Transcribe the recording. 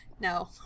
No